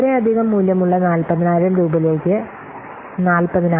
ഇത്രയധികം മൂല്യമുള്ള 40000 രൂപയിലേക്ക് 40000